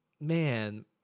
Man